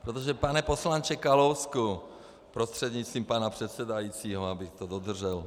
Protože pane poslanče Kalousku prostřednictvím pana předsedajícího, abych to dodržel.